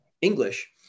English